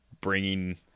bringing